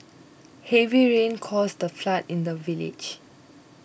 heavy rains caused a flood in the village